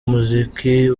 umuziki